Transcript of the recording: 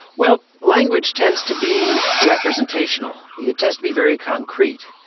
well, language tends to be representational, it tends to be very concrete.